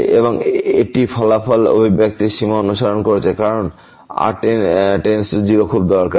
এবং এটি ফলাফলের অভিব্যক্তির সীমা অনুসন্ধান করছে কারণ r → 0 খুব দরকারী